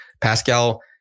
Pascal